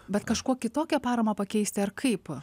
bet kažkuo kitokią paramą pakeisti ar kaip